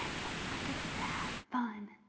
don't forget to have fun.